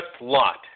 Lot